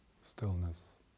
stillness